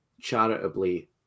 charitably